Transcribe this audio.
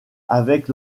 avec